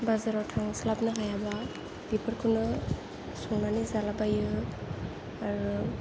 बाजाराव थांस्लाबनो हायाब्ला बेफोरखौनो संनानै जालाबायो आरो